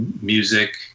music